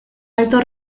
alto